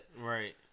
Right